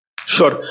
Sure